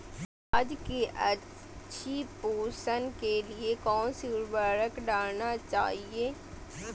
प्याज की अच्छी पोषण के लिए कौन सी उर्वरक डालना चाइए?